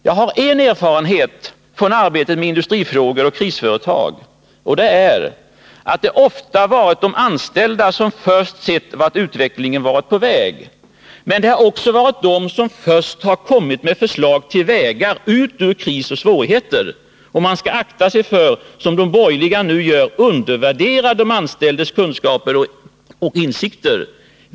Jag har gjort en erfarenhet från arbetet med industrifrågor och krisföretag, och det är att det ofta varit de anställda som först sett vart utvecklingen varit på väg. Men det har också varit de som först har kommit med förslag till vägar utur kris och svårigheter. Man skall akta sig för att — som de borgerliga nu gör — undervärdera de anställdas kunskaper och insikter.